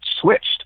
switched